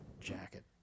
jacket